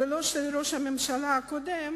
ולא של ראש הממשלה הקודם,